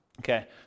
Okay